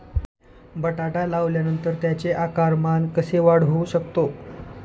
बटाटा लावल्यानंतर त्याचे आकारमान कसे वाढवू शकतो?